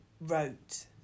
wrote